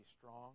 strong